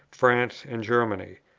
france, and germany!